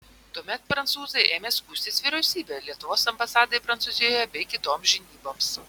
tuomet prancūzai ėmė skųstis vyriausybei lietuvos ambasadai prancūzijoje bei kitoms žinyboms